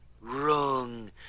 Wrong